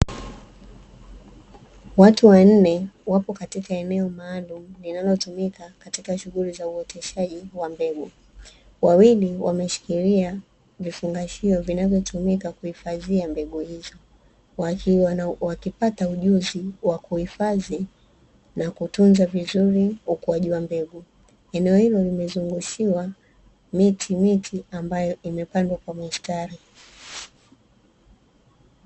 Watu wanne wapo katika eneo maalumu linalotumika katika shughuli za uoteshaji wa mbegu. Wawili wameshikilia vifungashio vinavyoyumika kuhifadhia mbegu hizo, wakipata ujuzi wa kuhifadhi na kutunza vizuri ukuaji wa mbegu. Eneo hilo limezungushiwa miti miti ambayo imepandwa kwa mistari.